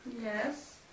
Yes